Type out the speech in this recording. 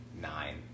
nine